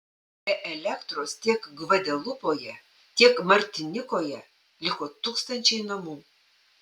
be elektros tiek gvadelupoje tiek martinikoje liko tūkstančiai namų